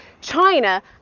China